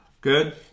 Good